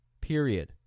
Period